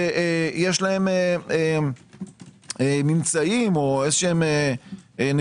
שיש להם ממצאים או נתונים כלשהם,